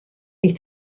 ich